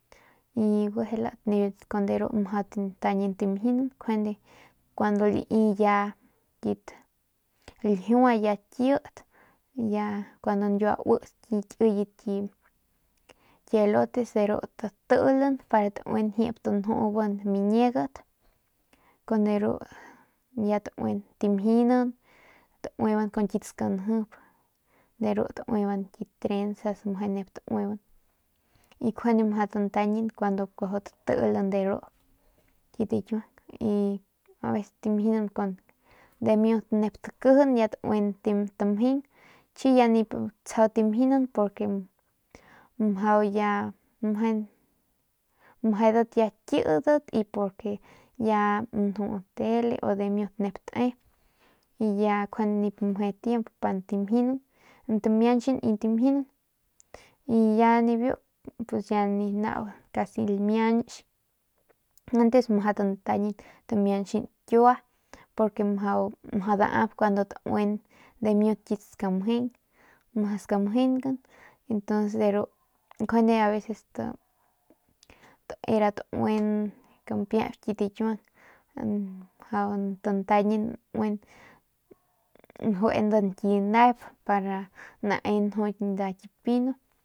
Y guejelat de ru mjau tantañin tamjinan kuando lai ya ru ljiua kit y ya nyiua uts ki kiyet ki elotes de ru tatilan de ru tauin njugan miñegat kun deru tauin tamjinan tauiban ru kit skanjibat de ru tauiban kit trensas y njuande meje nep tauinan cuandu kuajau tatilan de ru kit akiuang y aveces tamjinan meje nep takijinan ya tauin tamjeng chi ya nip tsjau timjinan porke ya mjau ya mejedat ya kidat y porque ya nju tele u dimiut nep te y ya njuande nip mje tiempo pa ntimjinan tamiachin y tamjinan y ya nibiu pus ya ni nau casi lamiach antes mjau tantañin tamianchin kiua porque mjau daap kuandu tauin dimiut kit skamjeng ru skamjengan y ntuns de ru y njuande aveces njuande tauin m kampiap kit akiuang mjau tantañin tauin njuenan ki nep pa nae nju nda ki pino.